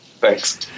Thanks